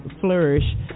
flourish